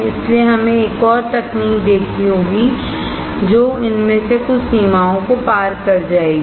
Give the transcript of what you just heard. इसलिए हमें एक और तकनीक देखनी होगी जो इनमें से कुछ सीमाओं को पार कर जाएगी